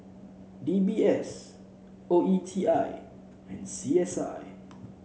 D B S O E T I and C S I